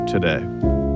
today